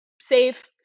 safe